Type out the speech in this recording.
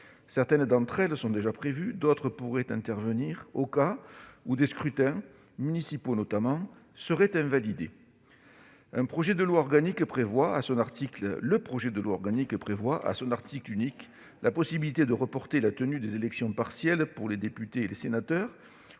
Certaines d'entre elles sont déjà prévues, tandis que d'autres pourraient intervenir au cas où des scrutins, municipaux notamment, seraient invalidés. L'article unique du projet de loi organique prévoit la possibilité de reporter la tenue des élections partielles pour les députés et les sénateurs